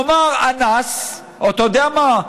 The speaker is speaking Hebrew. נאמר, אנס, או אתה יודע מה?